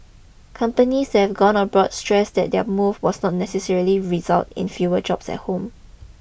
companies that've gone abroad stressed that their move will not necessarily result in fewer jobs at home